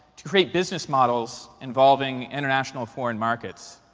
to create business models involving international foreign markets.